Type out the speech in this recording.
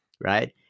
right